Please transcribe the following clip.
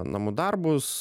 namų darbus